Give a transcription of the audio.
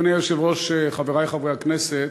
אדוני היושב-ראש, חברי חברי הכנסת,